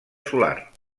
solar